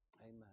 Amen